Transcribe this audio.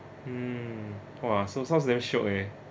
hmm !wah! so sounds damn shiok leh